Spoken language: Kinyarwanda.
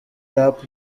rap